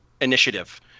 initiative